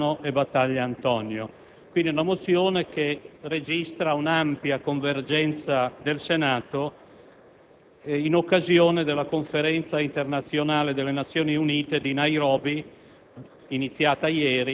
Fazio, Sodano, Battaglia Antonio, Libè, e registra quindi un'ampia convergenza del Senato in occasione della Conferenza internazionale delle Nazioni Unite di Nairobi,